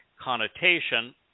connotation